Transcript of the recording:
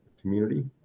community